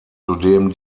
zudem